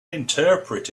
interpret